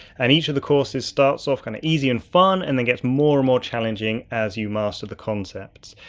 and each of the courses starts off kind of easy and fun and then gets more and more challenging as you master the concepts.